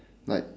like